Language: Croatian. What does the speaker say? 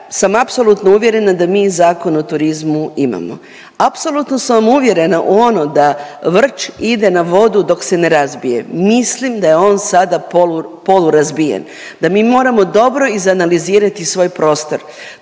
sam apsolutno uvjerena da mi zakon o turizmu imamo. Apsolutno sam uvjerena u ono da vrč ide na vodu dok se ne razbije. Mislim da je on sada polurazbijen. Da mi moramo dobro izanalizirati svoj prostor,